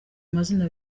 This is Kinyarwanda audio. amazina